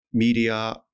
media